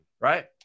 Right